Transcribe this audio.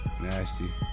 Nasty